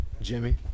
Jimmy